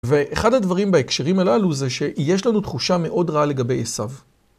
ואחד הדברים בהקשרים הללו זה שיש לנו תחושה מאוד רעה לגבי עשיו.